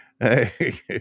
hey